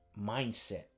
mindset